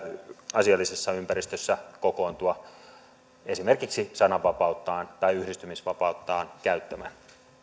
asiallisessa ympäristössä kokoontua esimerkiksi sananvapauttaan tai yhdistymisvapauttaan käyttämään